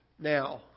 now